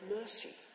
mercy